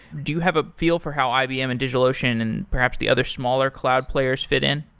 do you have a feel for how ibm and digital ocean and perhaps the other smaller cloud players fit in?